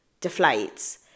deflates